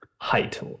height